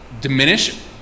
diminish